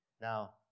Now